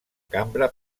cambra